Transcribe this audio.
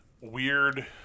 weird